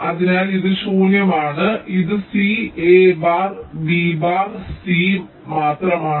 അതിനാൽ ഇത് ശൂന്യമാണ് അതിനാൽ ഇത് c a bar b bar c മാത്രമാണ്